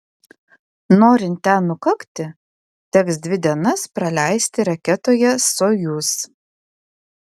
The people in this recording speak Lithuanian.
norint ten nukakti teks dvi dienas praleisti raketoje sojuz